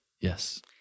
yes